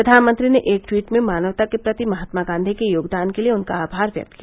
प्रधानमंत्री ने एक ट्वीट में मानवता के प्रति महात्मा गांधी के योगदान के लिए उनका आभार व्यक्त किया